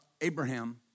Abraham